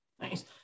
nice